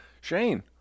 Shane